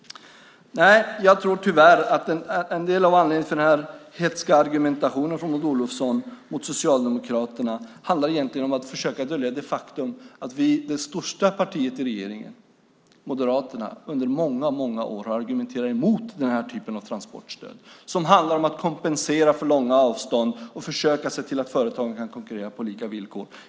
Nej, jag tror tyvärr att en del av den hätska argumentationen från Maud Olofsson mot Socialdemokraterna egentligen handlar om att försöka dölja det faktum att det största partiet i regeringen, Moderaterna, under många år har argumenterat emot den här typen av transportstöd, som handlar om att kompensera för långa avstånd och försöka se till att företagen kan konkurrera på lika villkor.